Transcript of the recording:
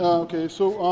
um okay, so,